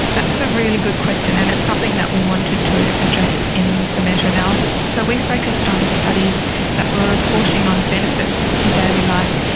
that's a really good question and it's something that we wanted to address in the meta-analysis. so we focused on studies that were reporting on benefits in daily life.